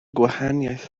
gwahaniaeth